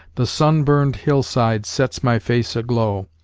the sun-burned hillside sets my face aglow,